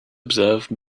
observe